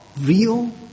real